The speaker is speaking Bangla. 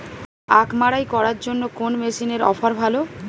আখ মাড়াই করার জন্য কোন মেশিনের অফার ভালো?